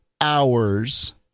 hours